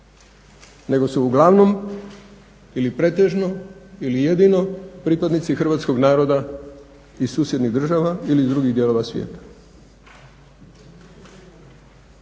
nego su uglavnom ili pretežno ili jedino pripadnici hrvatskog naroda iz susjednih država ili iz drugih dijelova svijeta.